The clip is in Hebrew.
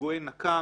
פיגועי נקם.